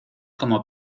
como